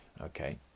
okay